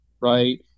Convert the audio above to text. Right